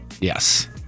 Yes